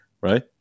Right